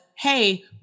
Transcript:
hey